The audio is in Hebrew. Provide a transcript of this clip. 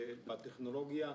והטכנולוגיה,